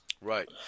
Right